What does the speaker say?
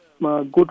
good